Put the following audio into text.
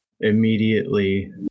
immediately